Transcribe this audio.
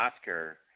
Oscar